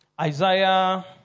Isaiah